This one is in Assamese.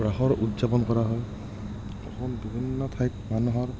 ৰাসৰ উদযাপন কৰা হয় অসমত বিভিন্ন ঠাইত মানুহৰ